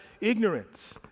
ignorance